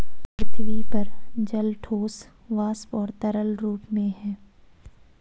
पृथ्वी पर जल ठोस, वाष्प और तरल रूप में है